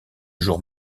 jour